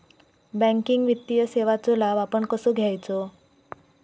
Banking वित्तीय सेवाचो लाभ आपण कसो घेयाचो?